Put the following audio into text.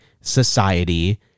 society